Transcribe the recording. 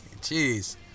Jeez